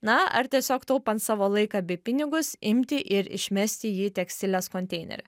na ar tiesiog taupant savo laiką bei pinigus imti ir išmesti jį į tekstilės konteinerį